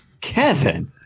Kevin